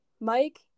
Mike